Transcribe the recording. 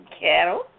cattle